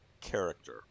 character